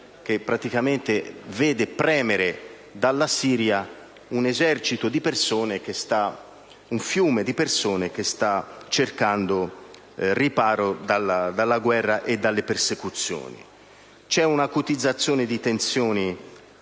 che praticamente vede premere dalla Siria un esercito di persone, un fiume di persone che sta cercando riparo dalla guerra e dalle persecuzioni. C'è un'acutizzazione di tensioni